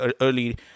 early